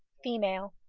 female.